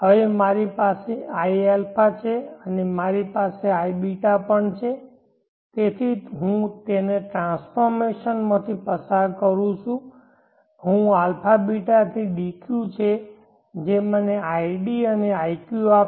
હવે મારી પાસે iα છે અને મારી પાસે iβ પણ છે તેથી હું તેને ટ્રાન્સફોર્મેશનમાં પસાર કરી શકું આ αβ થી dq છે જે મને id અને iq આપશે